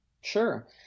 Sure